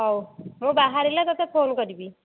ହଉ ମୁଁ ବାହାରିଲେ ତୋତେ ଫୋନ୍ କରିବି